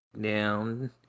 down